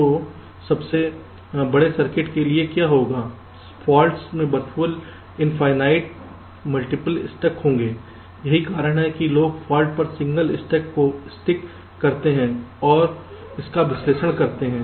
तो सबसे बड़े सर्किट के लिए क्या होगा फॉल्ट्समें वर्चुअल इनफायनाइट मल्टीपल स्टक होंगे यही कारण है कि लोग फाल्ट पर सिंगल स्टक को स्टिक करते हैं और उनका विश्लेषण करते हैं